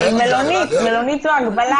מלונית זו הגבלה.